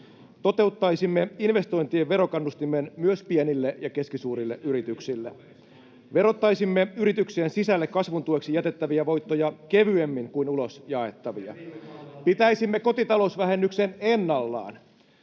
Toteuttaisimme investointien verokannustimen myös pienille ja keskisuurille yrityksille. [Mauri Peltokangas: Ei sitä tyhjässä paperissa mainittu!] Verottaisimme yrityksien sisälle kasvun tueksi jätettäviä voittoja kevyemmin kuin ulos jaettavia. Pitäisimme kotitalousvähennyksen ennallaan.